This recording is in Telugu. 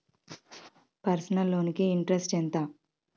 పర్సనల్ లోన్ కి ఇంట్రెస్ట్ ఎంత?